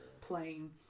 playing